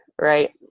Right